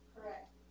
Correct